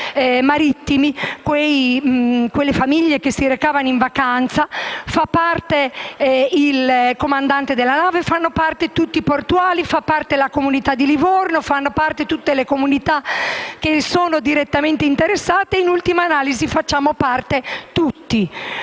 le famiglie che si recavano in vacanza, il comandante della nave e tutti i portuali. Ne fanno parte anche la comunità di Livorno e tutte le comunità che sono direttamente interessate. In ultima analisi, ne facciamo parte tutti.